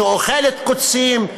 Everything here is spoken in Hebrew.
שאוכלת קוצים,